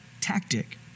tactic